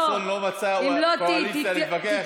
יואל חסון לא מצא קואליציה להתווכח איתה,